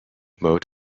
moat